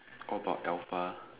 all about alpha